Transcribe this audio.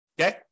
Okay